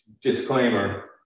disclaimer